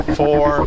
four